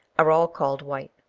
are all called white,